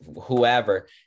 whoever